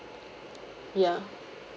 ya